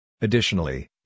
Additionally